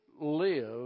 live